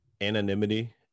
anonymity